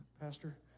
Pastor